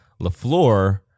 LaFleur